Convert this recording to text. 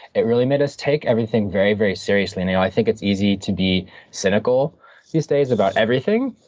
it really made us take everything very very seriously. now, i think it's easy to be cynical these days about everything,